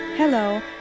Hello